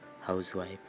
housewife